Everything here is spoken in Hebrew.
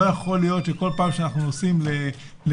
לא יכול להיות שכל פעם שאנחנו נוסעים לאילת